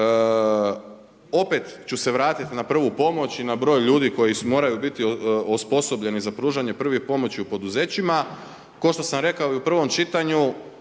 opet ću se vratit na prvu pomoć i na broj ljudi koji moraju biti osposobljeni za pružanje prve pomoći u poduzećima. Kao što sam rekao u prvom čitanju,